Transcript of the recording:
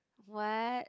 what